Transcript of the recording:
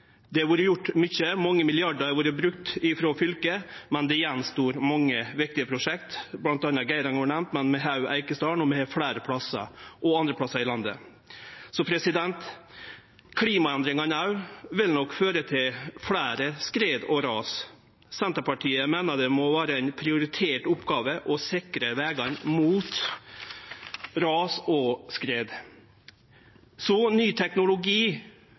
Det har vore gjort mykje. Mange milliardar har vorte brukte frå fylket, men det står att mange viktige prosjekt. Blant anna har Geiranger vore nemnd, men vi har òg Eikesdalen, og me har fleire plassar – og andre plassar i landet. Klimaendringane vil nok òg føre til fleire skred og ras. Senterpartiet meiner det må vere ei prioritert oppgåve å sikre vegane mot ras og skred. Ny teknologi